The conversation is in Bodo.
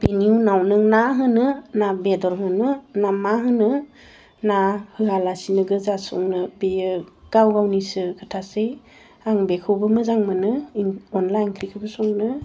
बे उनाव नों मा होनो ना बेदर होनो ना मा होनो ना होयालासिनो गोजा संनो बेयो गाव गावनिसो खोथासै आं बेखौबो मोजांबो मोनो अनला ओंख्रिखौबो संनो